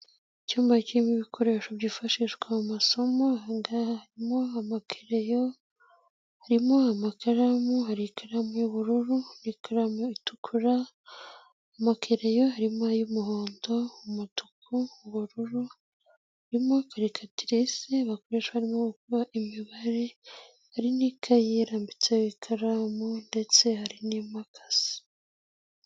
Icyumba kirimo ibikoresho byifashishwa mu masomo harimo ama kereyo, harimo amakaramu, hari ikaramu y'ubururu, ikaramu itukura, ama kereyo harimo ay'umuhondo, umutuku n'ubururu harimo calculatrice bakoresha barimo gukora imibare, hari n'ikaye irambitseho ikaramu ndetse hari n'imakasi.